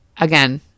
Again